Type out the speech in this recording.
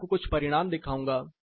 मैं आपको कुछ परिणाम दिखाऊंगा